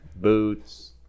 boots